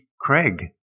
Craig